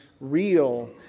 real